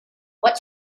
what